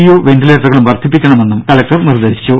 U വെന്റിലേറ്ററുകളും വർദ്ധിപ്പിക്കണമെന്നും collector നിർദേശിച്ചു